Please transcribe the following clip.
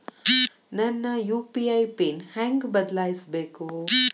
ನನ್ನ UPI PIN ಹೆಂಗ್ ಬದ್ಲಾಯಿಸ್ಬೇಕು?